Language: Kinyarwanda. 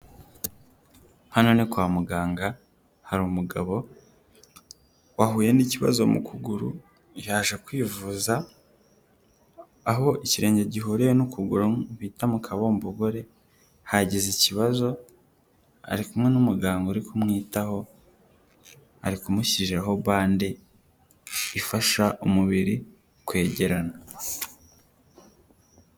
Hano ni kwa muganga hariumugabo wahuye n'ikibazo mu kuguru yaje kwivuza, aho ikirenge gihuriye n'ukuguru bita mu kabombogore hagize ikibazo ari kumwe n'umuganga uri kumwitaho ari kumushyiriho bande ifasha umubiri kwegerana.